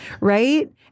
right